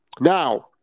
Now